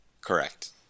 Correct